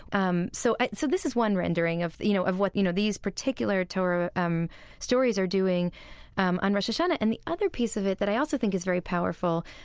um so so this is one rendering of, you know, of what, you know, these particular torah um stories are doing um on rosh hashanah. and the other pieces of it that i also think is very powerful,